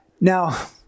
Now